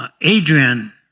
Adrian